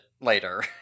later